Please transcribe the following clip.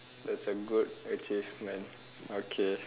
that's a good achievement okay